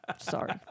Sorry